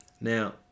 Now